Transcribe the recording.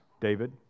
David